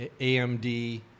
AMD